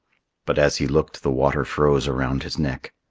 but as he looked, the water froze around his neck,